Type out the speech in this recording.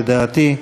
לדעתי,